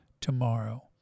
tomorrow